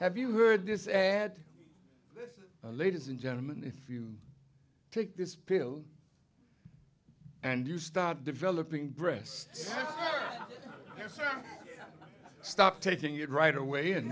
have you heard this ad ladies and gentlemen if you take this pill and you start developing breasts so stop taking it right away and